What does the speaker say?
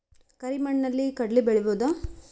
ಕರಿ ಮಣ್ಣಲಿ ಕಡಲಿ ಬೆಳಿ ಬೋದ?